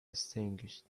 extinguished